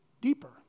deeper